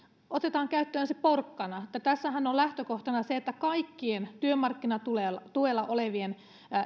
otetaan käyttöön se porkkana tässähän on lähtökohtana se että kaikkien työmarkkinatuella olevien